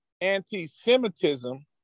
anti-Semitism